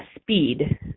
speed